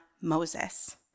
Moses